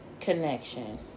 connection